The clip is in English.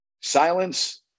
Silence